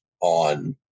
on